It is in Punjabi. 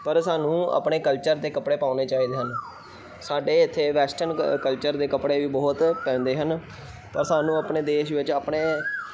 ਪਰ ਸਾਨੂੰ ਆਪਣੇ ਕਲਚਰ ਦੇ ਕੱਪੜੇ ਪਾਉਣੇ ਚਾਹੀਦੇ ਹਨ ਸਾਡੇ ਇੱਥੇ ਵੈਸਟਰਨ ਕ ਕਲਚਰ ਦੇ ਕੱਪੜੇ ਵੀ ਬਹੁਤ ਪੈਂਦੇ ਹਨ ਤਾਂ ਸਾਨੂੰ ਆਪਣੇ ਦੇਸ਼ ਵਿੱਚ ਆਪਣੇ